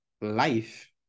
life